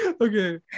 Okay